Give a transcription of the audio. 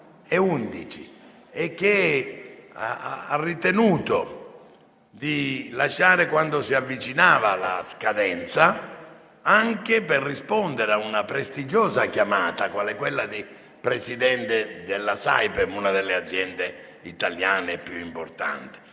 e che ha ritenuto di lasciare quando si avvicinava la scadenza, anche per rispondere a una prestigiosa chiamata quale quella di presidente della Saipem, una delle aziende italiane più importanti.